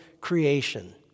creation